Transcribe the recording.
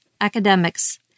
academics